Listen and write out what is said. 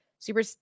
Super